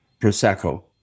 Prosecco